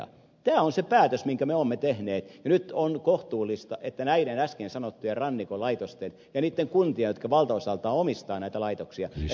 tämä on se päätös minkä me olemme tehneet ja nyt on kohtuullista että niissä äsken sanotuissa rannikon laitoksissa ja niissä kunnissa jotka valtaosaltaan omistavat näitä laitoksia ymmärretään